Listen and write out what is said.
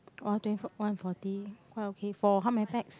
one twenty four one forty quite okay for how many pax